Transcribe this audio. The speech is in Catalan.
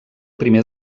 primer